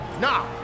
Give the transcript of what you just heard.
Now